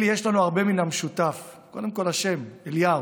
אלי, יש לנו הרבה מן המשותף: קודם כול השם, אליהו,